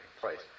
place